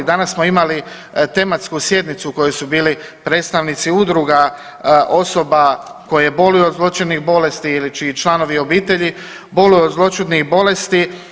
Danas smo imali tematsku sjednicu na kojoj su bili predstavnici udruga osoba koje boluju od zloćudnih bolesti ili čiji članovi obitelji boluju od zloćudnih bolesti.